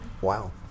Wow